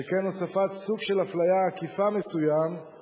שכן הוספת סוג מסוים של אפליה עקיפה יכול